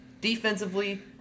Defensively